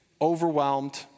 overwhelmed